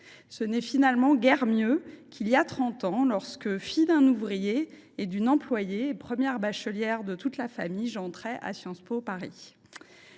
Ce n’est en définitive guère mieux qu’il y a trente ans, lorsque, fille d’un ouvrier et d’une employée et première bachelière de la famille, j’entrais à Science Po Paris.